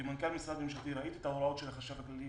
כמנכ"ל משרד ממשלתי ראיתי את ההוראות של החשב הכללי.